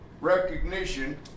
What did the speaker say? recognition